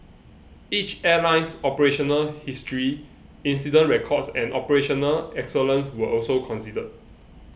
each airline's operational history incident records and operational excellence were also considered